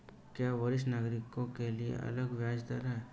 क्या वरिष्ठ नागरिकों के लिए अलग ब्याज दर है?